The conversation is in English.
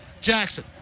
Jackson